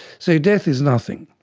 so death is nothing.